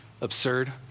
absurd